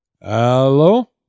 Hello